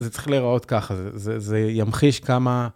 זה צריך להיראות ככה, זה ימחיש כמה...